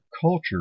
culture